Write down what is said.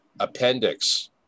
appendix